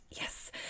Yes